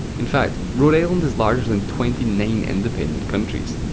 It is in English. in fact, rhode island is larger than twenty nine independent countries.